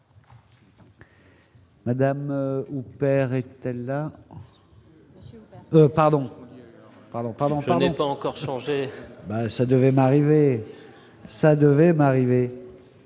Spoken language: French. Madame Houpert était là, pardon. Pardon, pardon, je n'ai pas encore changer. ça devait m'arriver ça devait m'arriver,